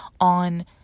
on